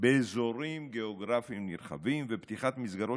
באזורים גיאוגרפיים נרחבים ופתיחת מסגרות